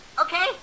Okay